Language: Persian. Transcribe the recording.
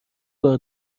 بار